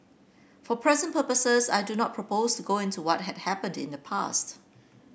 for present purposes I do not propose to go into what had happened in the past